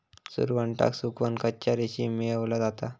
सुरवंटाक सुकवन कच्चा रेशीम मेळवला जाता